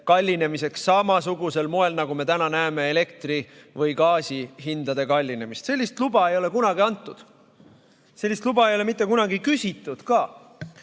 kallinemiseks samasugusel moel, nagu me täna näeme elektri või gaasi hindade kallinemist? Sellist luba ei ole kunagi antud. Sellist luba ei ole mitte kunagi küsitud ka.